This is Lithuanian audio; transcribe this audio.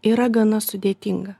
yra gana sudėtinga